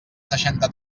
seixanta